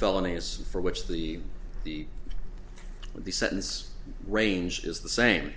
felonies for which the the the sentence range is the same